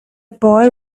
boy